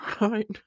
right